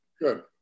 Good